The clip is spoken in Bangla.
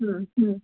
হুম হুম